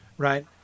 Right